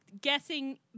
guessing